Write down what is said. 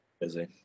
busy